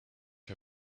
her